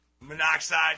Monoxide